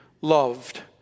loved